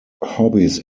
hobbies